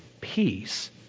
peace